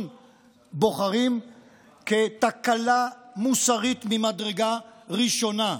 בוחרים כתקלה מוסרית ממדרגה ראשונה.